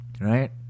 right